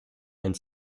and